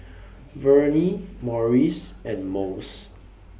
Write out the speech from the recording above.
Vernie Morris and Mose